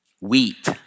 Wheat